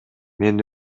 мен